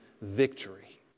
victory